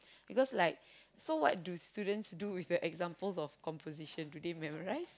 because like so what do students do with the examples of compositions do they memorise